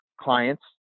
clients